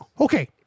Okay